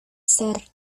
ser